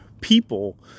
people